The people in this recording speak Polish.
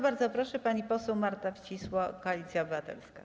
Bardzo proszę, pani poseł Marta Wcisło, Koalicja Obywatelska.